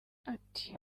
ati